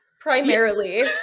primarily